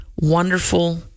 wonderful